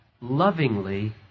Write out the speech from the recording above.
Lovingly